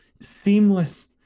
seamless